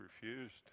refused